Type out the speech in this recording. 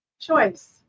Choice